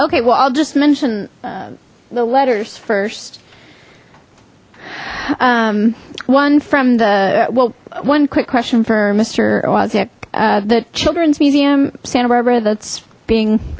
okay well i'll just mention the letters first one from the well one quick question for mister ross at the children's museum santa barbara that's being